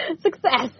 Success